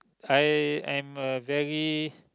I am a very